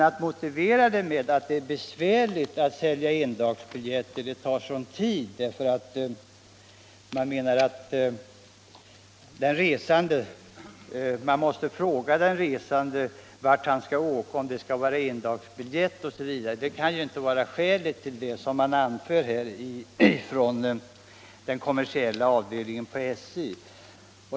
Att det är besvärligt att sälja endagsbiljetter, att det tar sådan tid — att den resande måste tillfrågas vart han skall åka, om det skall vara endagsbiljett, osv. — kan ju inte vara skälet till beslutet, som anförs från den kommersiella avdelningen på SJ.